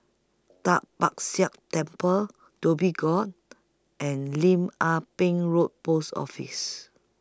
Tai Kak Seah Temple Dhoby Ghaut and Lim Ah Pin Road Post Office